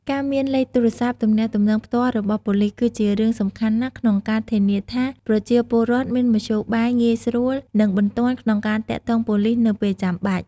ការមានលេខទូរស័ព្ទទំនាក់ទំនងផ្ទាល់របស់ប៉ូលិស គឺជារឿងសំខាន់ណាស់ក្នុងការ ធានាថាប្រជាពលរដ្ឋមានមធ្យោបាយងាយស្រួល និងបន្ទាន់ក្នុងការទាក់ទងប៉ូលីសនៅពេលចាំបាច់។